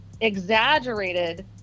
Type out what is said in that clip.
exaggerated